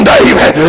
David